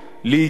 לעתים,